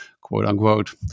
quote-unquote